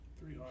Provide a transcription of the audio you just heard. Three